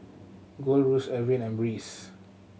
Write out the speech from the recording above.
Gold Roast Evian and Breeze